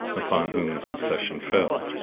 upon whom the succession fell.